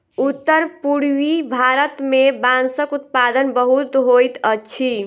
उत्तर पूर्वीय भारत मे बांसक उत्पादन बहुत होइत अछि